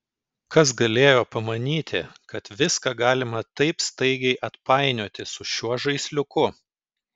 kas galėjo pamanyti kad viską galima taip staigiai atpainioti su šiuo žaisliuku